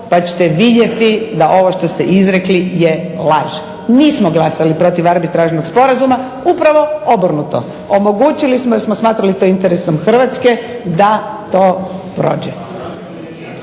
pa ćete vidjeti da ovo što ste izrekli je laž. Nismo glasali protiv arbitražnog sporazuma, upravo obrnuto. Omogućili smo, jer smo smatrali to interesom Hrvatske, da to prođe.